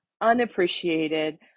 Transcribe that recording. unappreciated